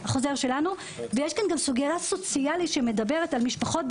ויש כאן גם סוגיה סוציאלית שמדברת על משפחות,